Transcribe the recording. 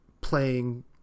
playing